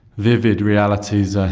vivid realities. ah